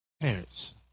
parents